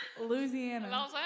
Louisiana